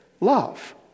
love